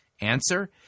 Answer